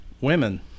women